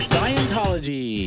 Scientology